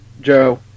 Joe